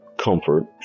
comfort